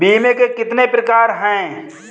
बीमे के कितने प्रकार हैं?